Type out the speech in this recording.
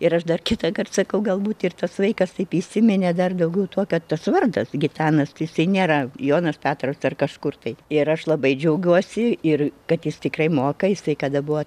ir aš dar kitąkart sakau galbūt ir tas vaikas taip įsiminė dar daugiau tuo kad tas vardas gitanas tai jisai nėra jonas petras ar kažkur tai ir aš labai džiaugiuosi ir kad jis tikrai moka jisai kada buvo